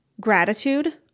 gratitude